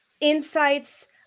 insights